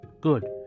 Good